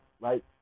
right